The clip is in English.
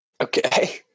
Okay